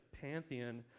pantheon